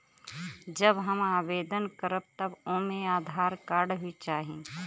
जब हम आवेदन करब त ओमे आधार कार्ड भी चाही?